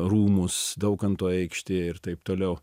rūmus daukanto aikštėj ir taip toliau